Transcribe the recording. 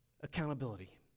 accountability